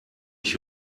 ich